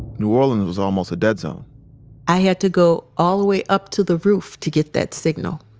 new orleans was almost a dead zone i had to go all the way up to the roof to get that signal.